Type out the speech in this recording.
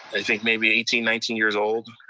i think maybe eighteen, nineteen years old.